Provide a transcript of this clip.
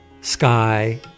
sky